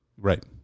Right